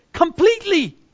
Completely